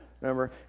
remember